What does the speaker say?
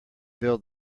build